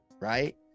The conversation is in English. right